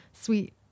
sweet